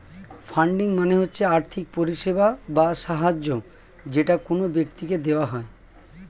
funding মানে হচ্ছে আর্থিক পরিষেবা বা সাহায্য যেটা কোন ব্যক্তিকে দেওয়া হয়